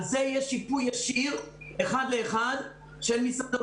על זה יש שיפוי ישיר אחד לאחד של משרד האוצר,